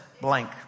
blank